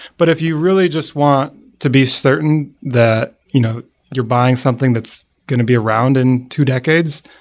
but if you really just want to be certain that you know you're buying something that's going to be around in two decades,